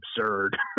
absurd